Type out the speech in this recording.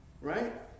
right